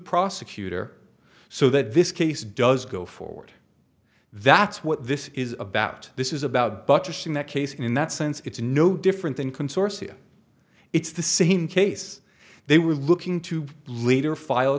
prosecutor so that this case does go forward that's what this is about this is about but just in that case in that sense it's no different than consortium it's the same case they were looking to later file